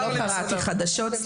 לא קראתי חדשות.